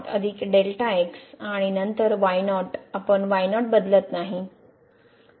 तर येथे x0 Δx आणि नंतर y0 आपण y0 बदलत नाही